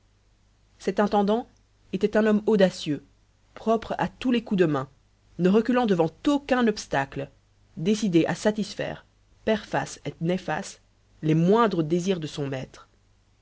cet intendant était un homme audacieux propre à tous les coups de main ne reculant devant aucun obstacle décidé à satisfaire per fas et nefas les moindres désirs de son maître